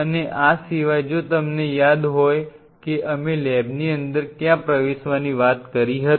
અને આ સિવાય જો તમને યાદ હોય કે અમે લેબની અંદર ક્યાં પ્રવેશવાની વાત કરી હતી